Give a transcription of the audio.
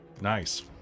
Nice